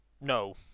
No